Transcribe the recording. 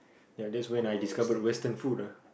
ya that's when I discovered Western food lah